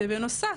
בנוסף,